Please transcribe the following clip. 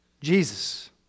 Jesus